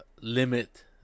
limit